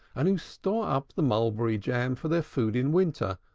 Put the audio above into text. and who store up the mulberry-jam for their food in winter,